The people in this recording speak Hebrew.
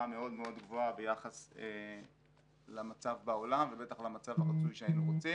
מאוד מאוד גבוהה ביחס למצב בעולם ובטח למצב שהיינו רוצים.